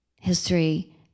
history